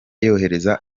yohereza